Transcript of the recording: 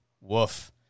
Woof